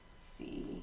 see